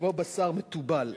כמו בשר מתובל.